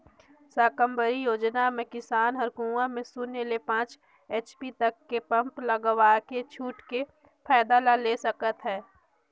साकम्बरी योजना मे किसान हर कुंवा में सून्य ले पाँच एच.पी तक के पम्प लगवायके छूट के फायदा ला ले सकत है